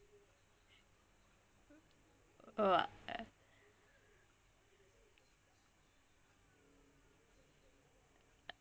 err